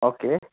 okay